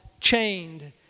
chained